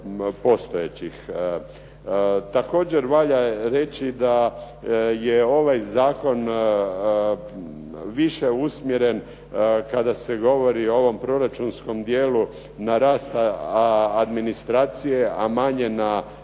Također valja reći da je ovaj zakon više usmjeren kada se govori o ovom proračunskom dijelu na rast administracije, a manje na meritum